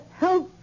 help